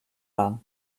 war